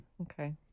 Okay